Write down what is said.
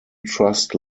trust